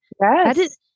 Yes